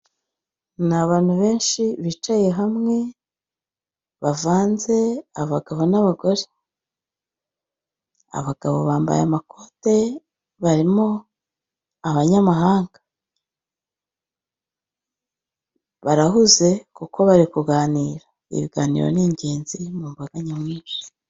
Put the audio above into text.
Abantu benshi bicaye hamwe, bavanze abagabo n'abagore. Abagabo bambaye amakote, barimo abanyamahanga. Barahuze kuko bari kuganira. Ibiganiro ni igenzi mu mbaga nyamwinshi.